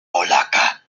polaca